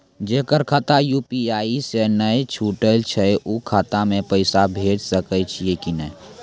जेकर खाता यु.पी.आई से नैय जुटल छै उ खाता मे पैसा भेज सकै छियै कि नै?